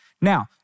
Now